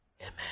Amen